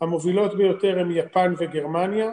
המובילות ביותר הן יפן וגרמניה,